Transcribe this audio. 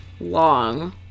long